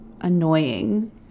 annoying